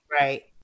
right